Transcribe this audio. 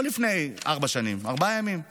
לא לפני ארבע שנים, ארבעה ימים.